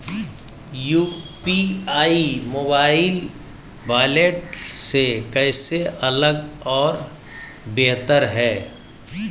UPI mobile wallet से कैसे अलग और बेहतर है?